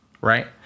Right